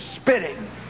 spitting